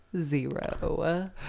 zero